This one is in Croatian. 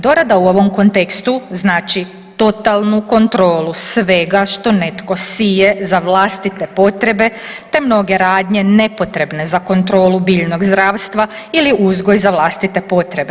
Dorada u ovom kontekstu znači totalnu kontrolu svega što netko sije za vlastite potrebe, te mnoge radnje nepotrebne za kontrolu biljnog zdravstva ili uzgoj za vlastite potrebe.